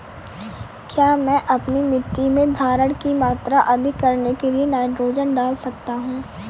क्या मैं अपनी मिट्टी में धारण की मात्रा अधिक करने के लिए नाइट्रोजन डाल सकता हूँ?